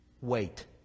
wait